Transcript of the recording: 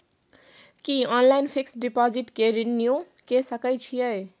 की online fix deposit के renew के सकै छी?